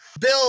Bill